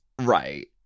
Right